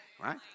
Right